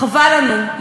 חבל לנו,